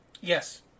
Yes